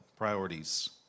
priorities